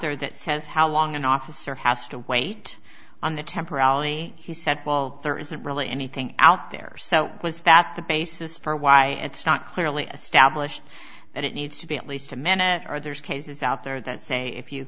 there that says how long an officer has to wait on the temporality he said well there isn't really anything out there so was that the basis for why it's not clearly established that it needs to be at least a minute or there's cases out there that say if you